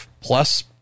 Plus